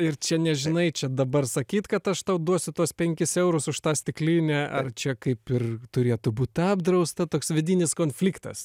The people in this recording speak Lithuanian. ir čia nežinai čia dabar sakyt kad aš tau duosiu tuos penkis eurus už tą stiklinę ar čia kaip ir turėtų būt apdrausta toks vidinis konfliktas